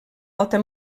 alta